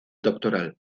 doctoral